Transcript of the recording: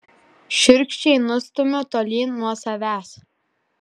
šiurkščiai nustumiu tolyn nuo savęs